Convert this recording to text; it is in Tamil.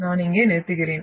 நான் இங்கே நிறுத்துகிறேன்